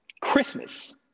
Christmas